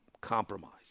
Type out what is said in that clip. compromised